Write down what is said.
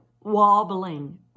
wobbling